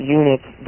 units